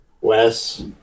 Wes